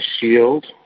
shield